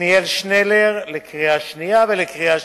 עתניאל שנלר, לקריאה שנייה ולקריאה שלישית.